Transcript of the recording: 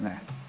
Ne.